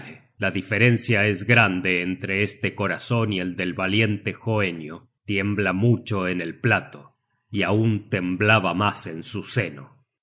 la diferencia es grande entre este corazon y el del valiente hoenio tiembla mucho en el plato y aun temblaba mas en su seno